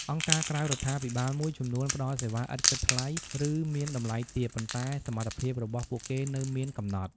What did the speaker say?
អង្គការក្រៅរដ្ឋាភិបាលមួយចំនួនផ្តល់សេវាឥតគិតថ្លៃ ឬមានតម្លៃទាប ប៉ុន្តែសមត្ថភាពរបស់ពួកគេនៅមានកំណត់។